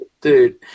dude